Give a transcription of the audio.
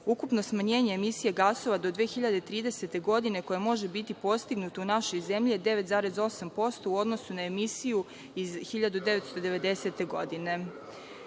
Ukupno smanjenje emisije gasova do 2030. godine koje može biti postignuto u našoj zemlji je 9,8% u odnosu na emisiju iz 1990. godine. Iz